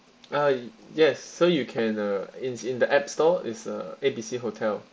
uh yes so you can uh in in the app store is uh A B C hotel